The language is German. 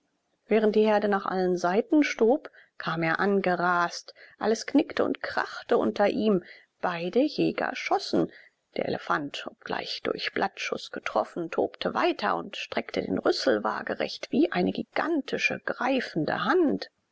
während die herde nach allen seiten stob kam er angerast alles knickte und krachte unter ihm beide jäger schossen der elefant obgleich durch blattschuß getroffen tobte weiter und streckte den rüssel wagerecht wie eine gigantische greifende hand